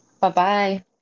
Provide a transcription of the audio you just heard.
Bye-bye